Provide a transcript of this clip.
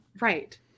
right